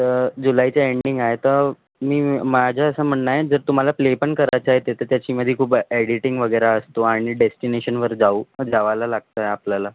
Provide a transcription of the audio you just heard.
तर जुलैचं एंडिंग आहे तर मी माझं असं म्हणणं आहे जर तुम्हाला प्ले पण करायचं आहे तिथं त्याची मध्ये खूप एडिटिंग वगैरे असतो आणि डेस्टिनेशनवर जाऊ जावाला लागतं आपल्याला